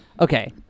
Okay